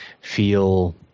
feel